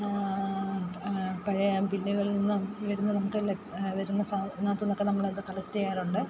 പഴയ ബില്ലുകളിൽ നിന്നും വരുന്ന നമുക്ക് വരുന്ന ഇതിനകത്തു നിന്നൊക്കെ നമ്മളത് കളക്ട് ചെയ്യാറുണ്ട്